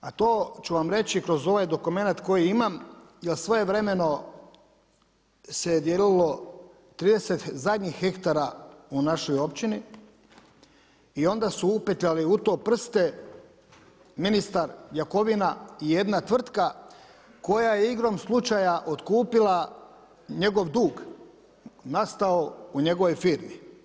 A to su vam reći kroz ovaj dokumenat koji imam jel svojevremeno se dijelilo 30 zadnjih hektara u našoj općini i onda su upetljali u to prste ministar Jakovina i jedna tvrtka koja je igrom slučaja otkupila njegov dug nastavo u njegovoj firmi.